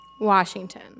Washington